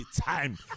time